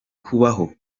kubaho